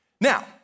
Now